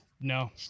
no